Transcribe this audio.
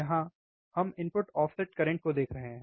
यहां हम input offset current को देख रहे हैं